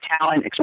talent